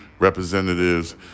Representatives